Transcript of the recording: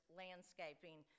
landscaping